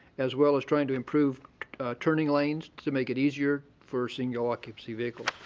as well as trying to improve turning lanes to make it easier for single occupancy vehicles.